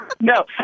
No